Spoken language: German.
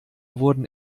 wurden